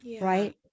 right